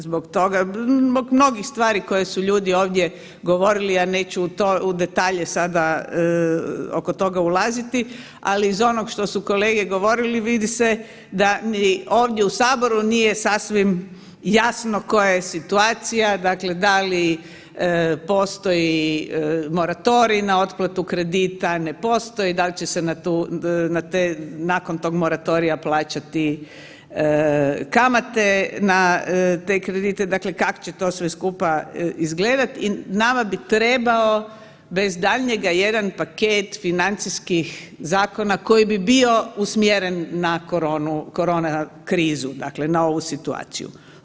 Zbog toga mnogih stvari koje su ljudi ovdje govorili, ja neću u detalje sada oko toga ulaziti, ali iz onog što su kolege govorili vidi se da ni ovdje u Saboru sasvim jasno koja je situacija da li postoji moratorij na otplatu kredita, ne postoji, da li će se nakon toga moratorija plaćati kamate na te kredite dakle kako će to sve skupa izgledat i nama bi trebao da iz daljnjega jedan paket financijskih zakona koji bi bio usmjeren na korona krizu dakle na ovu situaciju.